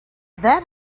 that